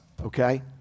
okay